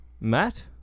Matt